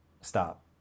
stop